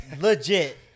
legit